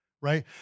Right